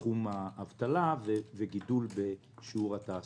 בתחום האבטלה וגידול בשיעור התעסוקה.